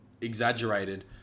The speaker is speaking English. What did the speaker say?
exaggerated